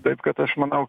taip kad aš manau